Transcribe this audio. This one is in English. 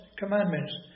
Commandments